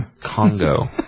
Congo